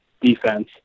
defense